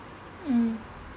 mm